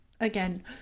again